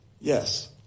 Yes